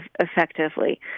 effectively